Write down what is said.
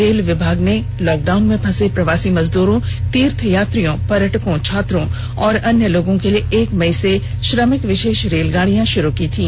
rail विभाग ने lockdown में फंसे प्रवासी मजदूरों तीर्थयात्रियों पर्यटकों छात्रों और अन्य लोगों के लिए एक मई से श्रमिक विशेष रेलगाडियां शुरू की थीं